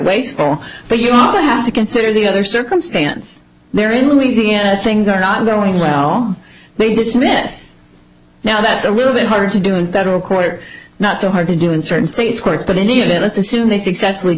wasteful but you also have to consider the other circumstance there in louisiana things are not going well they dismiss now that's a little bit hard to do in federal court not so hard to do in certain states courts but in the end it let's assume they successfully